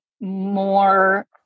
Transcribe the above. more